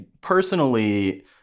personally